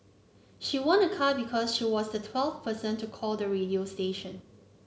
she won a car because she was the twelfth person to call the radio station